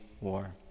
war